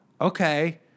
okay